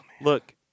Look